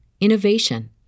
innovation